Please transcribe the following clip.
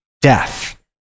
death